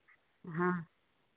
हाँ